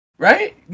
Right